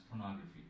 pornography